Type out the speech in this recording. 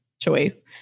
choice